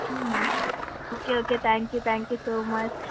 okay okay thank you thank you so much